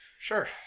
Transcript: Sure